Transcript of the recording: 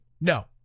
No